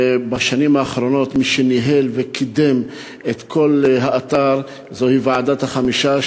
בשנים האחרונות מי שניהל וקידם את כל האתר זוהי ועדת החמישה,